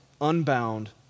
unbound